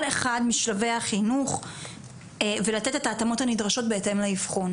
אחד משלבי החינוך ולתת את ההתאמות הנדרשות בהתאם לאבחון",